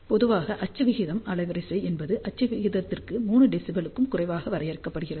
பொதுவாக அச்சு விகிதம் அலைவரிசை என்பது அச்சு விகிதத்திற்கு 3 dB க்கும் குறைவாக வரையறுக்கப்படுகிறது